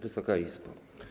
Wysoka Izbo!